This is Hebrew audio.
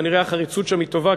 כנראה החריצות שם היא טובה,